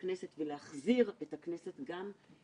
באיתור של יועצים ואיך לגייס את היועצים.